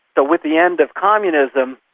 but with the end of communism,